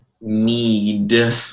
need